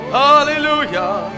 hallelujah